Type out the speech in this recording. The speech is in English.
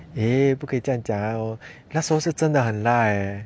诶不可以这样讲那时候是真的很辣 eh